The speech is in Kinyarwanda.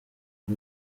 ari